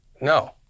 No